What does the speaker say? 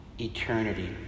eternity